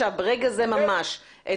ברגע זה ממש,